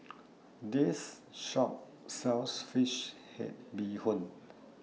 This Shop sells Fish Head Bee Hoon